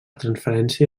transferència